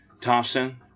Thompson